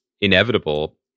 inevitable